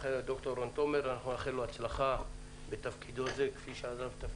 ד"ר רון תומר, אנחנו נאחל לך הצלחה בתפקידך זה.